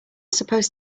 supposed